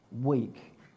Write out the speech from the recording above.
week